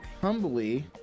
humbly